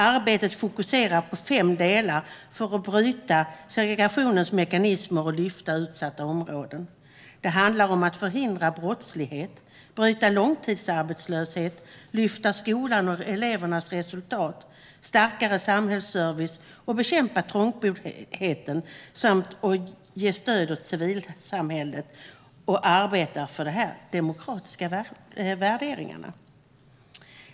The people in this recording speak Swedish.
Arbetet fokuserar på fem delar för att bryta segregationens mekanismer och lyfta utsatta områden. Det handlar om att förhindra brottslighet, bryta långtidsarbetslöshet, lyfta skolan och elevernas resultat, stärka samhällsservice, bekämpa trångboddhet, ge stöd åt civilsamhället och arbeta för de demokratiska värderingarna.